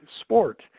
sport